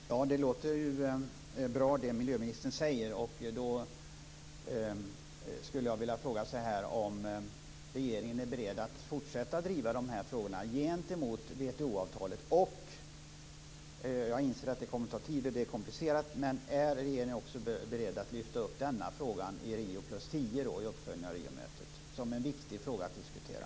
Fru talman! Det låter bra det miljöministern säger. Då skulle jag vilja fråga så här: Är regeringen beredd att fortsätta att driva de här frågorna gentemot WTO Jag inser att det kommer att ta tid och att det är komplicerat, men är regeringen också beredd att lyfta fram denna fråga i Rio + 10, en uppföljning av Riomötet, som en viktig fråga att diskutera?